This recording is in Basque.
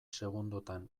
segundotan